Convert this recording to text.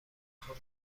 خوام